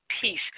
peace